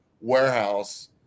warehouse